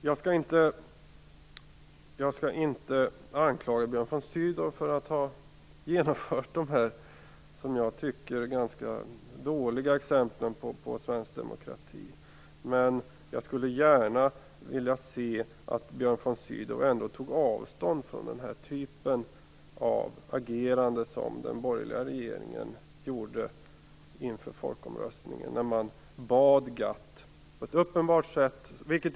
Jag skall inte anklaga Björn von Sydow för att ha stått för de här, som jag tycker, ganska dåliga exemplen på svensk demokrati, men jag skulle gärna vilja se att Björn von Sydow ändå tog avstånd från denna typ av agerande som den borgerliga regeringen gjorde sig skyldig till inför folkomröstningen. Man bad på ett uppenbart sätt GATT att vänta med publicering.